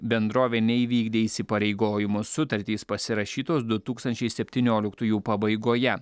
bendrovė neįvykdė įsipareigojimo sutartys pasirašytos du tūkstančiai septynioliktųjų pabaigoje